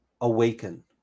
Awaken